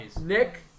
Nick